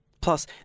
Plus